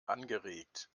angeregt